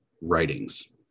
writings